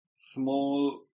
small